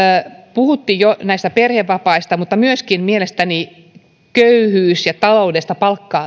puhuttiin jo näistä perhevapaista mutta mielestäni myöskin köyhyydestä ja taloudellisesta